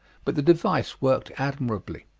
but the device worked admirably.